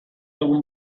egun